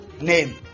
name